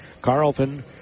Carlton